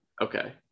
Okay